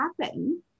happen